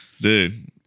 dude